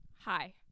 Hi